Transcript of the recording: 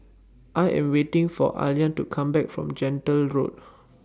I Am waiting For Ayla to Come Back from Gentle Road